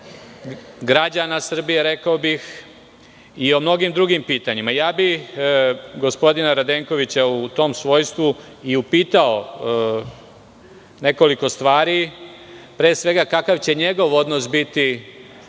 građana Srbije, rekao bih i o mnogim drugim pitanjima. Gospodina Radenkovića bih u tom svojstvu i upitao nekoliko stvari. Pre svega, kakav će njegov odnos biti